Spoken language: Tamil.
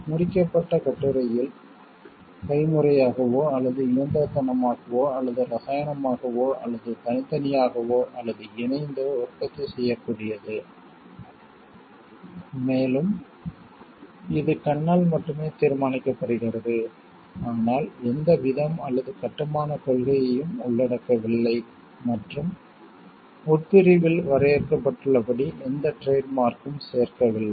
முடிக்கப்பட்ட கட்டுரையில் கைமுறையாகவோ அல்லது இயந்திரத்தனமாகவோ அல்லது இரசாயனமாகவோ அல்லது தனித்தனியாகவோ அல்லது இணைந்தோ உற்பத்தி செய்யக்கூடியது மேலும் இது கண்ணால் மட்டுமே தீர்மானிக்கப்படுகிறது ஆனால் எந்த விதம் அல்லது கட்டுமானக் கொள்கையையும் உள்ளடக்கவில்லை மற்றும் உட்பிரிவில் வரையறுக்கப்பட்டுள்ளபடி எந்த டிரேட் மார்க்கும் சேர்க்கவில்லை